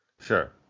Sure